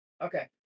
Okay